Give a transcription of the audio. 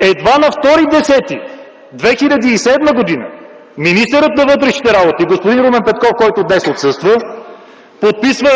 Едва на 2 октомври 2007 г. министърът на вътрешните работи господин Румен Петков, който днес отсъства, подписва